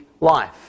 life